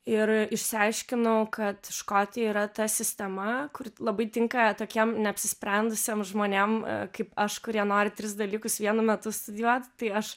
ir išsiaiškinau kad škotija yra ta sistema kuri labai tinka tokiem neapsisprendusiem žmonėm kaip aš kurie nori tris dalykus vienu metu studijuot tai aš